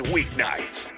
Weeknights